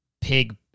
pig